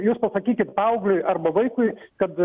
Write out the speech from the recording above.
jūs pasakykit paaugliui arba vaikui kad